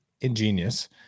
ingenious